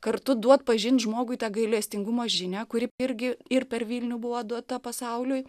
kartu duot pažint žmogui tą gailestingumo žinią kuri irgi ir per vilnių buvo duota pasauliui